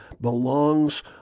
belongs